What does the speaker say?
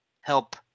help